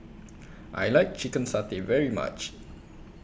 I like Chicken Satay very much